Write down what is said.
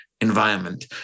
environment